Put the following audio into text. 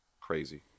crazy